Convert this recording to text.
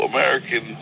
American